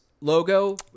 logo